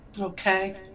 Okay